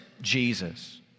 Jesus